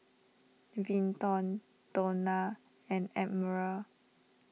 Vinton Donna and Admiral